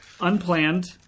Unplanned